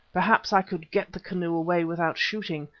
perhaps i could get the canoe away without shooting.